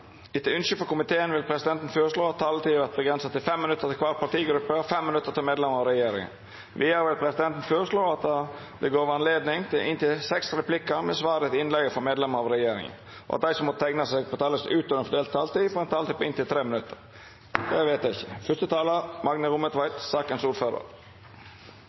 Etter ønske fra transport- og kommunikasjonskomiteen vil presidenten foreslå at taletiden blir begrenset til 5 minutter til hver partigruppe og 5 minutter til medlemmer av regjeringen. Videre vil presidenten foreslå at det blir gitt anledning til inntil seks replikker med svar etter innlegg fra medlemmer av regjeringen, og at de som måtte tegne seg på talerlisten utover den fordelte taletid, får en taletid på inntil 3 minutter. – Det anses vedtatt. Jeg